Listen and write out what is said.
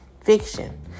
Fiction